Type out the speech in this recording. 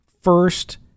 first